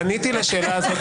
-- עניתי לשאלה הזאת